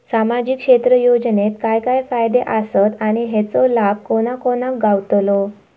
सामजिक क्षेत्र योजनेत काय काय फायदे आसत आणि हेचो लाभ कोणा कोणाक गावतलो?